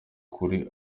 kure